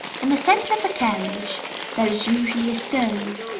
in the centre of the carriage there is usually a stove,